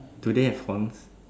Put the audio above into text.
do they have horns